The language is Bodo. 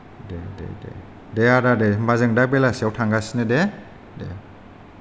दे दे दे दे आदा दे होनबा जों दा बेलासियाव थांगासिनो दे दे